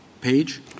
page